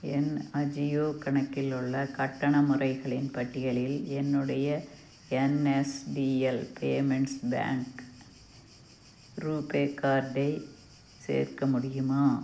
என் அஜியோ கணக்கில் உள்ள கட்டண முறைகளின் பட்டியலில் என்னுடைய என்எஸ்டிஎல் பேமெண்ட்ஸ் பேங்க் ரூபே கார்டை சேர்க்க முடியுமா